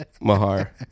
Mahar